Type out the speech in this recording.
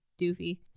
doofy